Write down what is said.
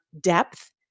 depth